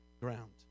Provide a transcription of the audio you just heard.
ground